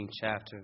chapter